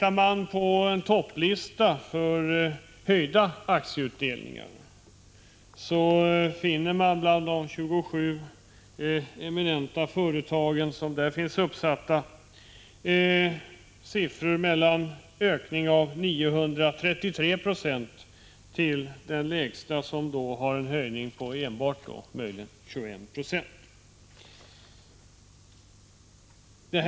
Ser man på en topplista för höjda aktieutdelningar, finner man bland de 27 eminenta företag som där finns uppsatta siffror som visar en ökning mellan 933 96 som högst och som lägst en höjning på enbart 21 96.